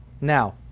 Now